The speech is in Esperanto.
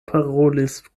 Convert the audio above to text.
parolis